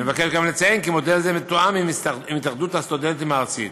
אני מבקש גם לציין כי מודל זה מתואם עם התאחדות הסטודנטים הארצית.